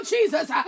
Jesus